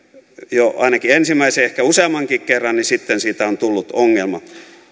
jo ainakin ensimmäisen ehkä useammankin kerran niin sitten siitä on tullut ongelma